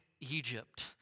Egypt